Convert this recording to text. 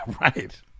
right